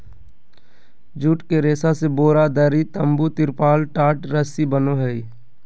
जुट के रेशा से बोरा, दरी, तम्बू, तिरपाल, टाट, रस्सी बनो हइ